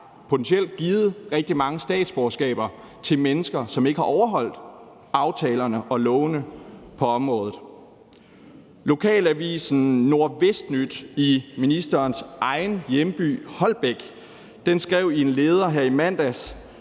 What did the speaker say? potentielt er givet rigtig mange statsborgerskaber til mennesker, som ikke har overholdt aftalerne og lovene på området. Lokalavisen Nordvestnyt i ministerens egen hjemby, Holbæk, skrev i en leder i mandags